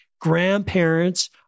Grandparents